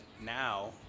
now